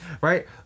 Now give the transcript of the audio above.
right